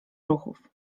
ruchów